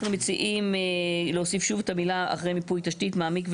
אנחנו מציעים להוסיף שוב את המילה "אחרי מיפוי תשתית מעמיק ויסודי".